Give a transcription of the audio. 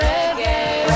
Reggae